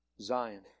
Zion